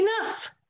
enough